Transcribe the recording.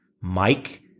Mike